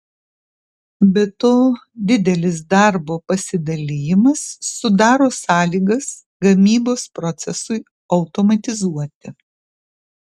be to didelis darbo pasidalijimas sudaro sąlygas gamybos procesui automatizuoti